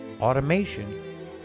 Automation